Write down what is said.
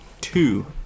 two